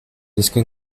disco